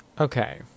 okay